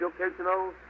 educational